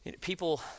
People